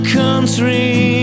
country